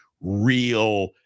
real